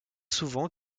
souvent